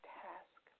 task